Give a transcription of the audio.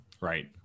Right